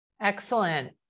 Excellent